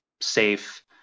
safe